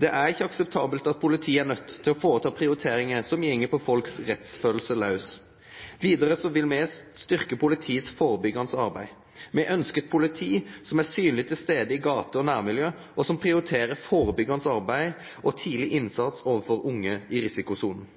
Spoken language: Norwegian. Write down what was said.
Det er ikke akseptabelt at politiet er nødt til å foreta prioriteringer som går på folks rettsfølelse løs. Videre vil vi styrke politiets forebyggende arbeid. Vi ønsker et politi som er synlig til stede i gater og nærmiljø, og som prioriterer forebyggende arbeid og tidlig innsats overfor unge i risikosonen.